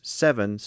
seven